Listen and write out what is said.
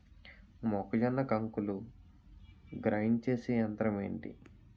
మొక్కజొన్న కంకులు గ్రైండ్ చేసే యంత్రం ఏంటి?